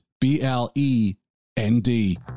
B-L-E-N-D